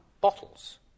bottles